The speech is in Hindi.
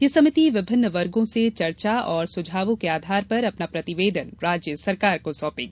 यह समिति विभिन्न वर्गो से चर्चा और सुझावों के आधार पर अपना प्रतिवेदन राज्य सरकार को सौंपेगी